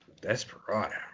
Desperado